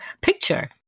picture